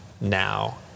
now